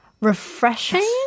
Refreshing